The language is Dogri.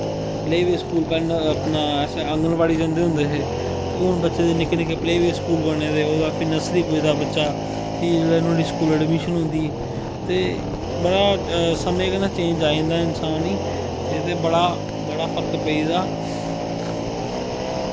प्ले बे स्कूल पढ़न अपनै अल आंगनबाड़ी जंदे होंदे हे ते हून बच्चें दे निक्के निक्के प्ले बे स्कूल बने दे ओह्दे बाद फ्ही नरसरी पुजदा बच्चा फ्ही जिसलै नोहाड़ी स्कूल अडमिशन होंदी ते बड़ा समे कन्ने चेंज आई जंदा इंसान गी ते एह्दे च बड़ा फर्क पेई दा